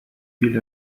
viel